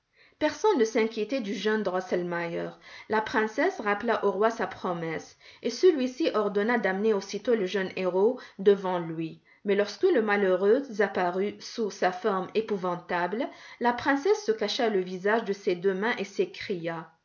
personne ne s'inquiétait du jeune drosselmeier la princesse rappela au roi sa promesse et celui-ci ordonna d'amener aussitôt le jeune héros devant lui mais lorsque le malheureux apparut sous sa forme épouvantable la princesse se cacha le visage de ses deux mains et s'écria